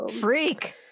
Freak